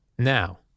Now